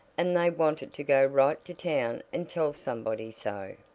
and they wanted to go right to town and tell somebody so.